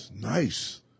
Nice